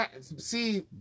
See